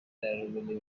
terribly